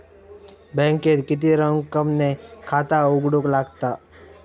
बँकेत किती रक्कम ने खाता उघडूक लागता?